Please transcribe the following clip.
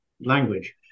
language